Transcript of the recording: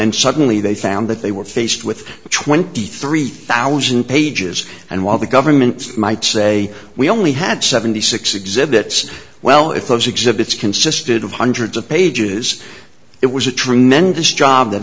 then suddenly they found that they were faced with twenty three thousand pages and while the government might say we only had seventy six exhibits well if those exhibits consisted of hundreds of pages it was a tremendous job that